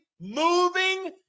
moving